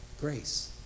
grace